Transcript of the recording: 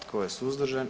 Tko je suzdržan?